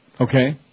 Okay